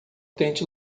tente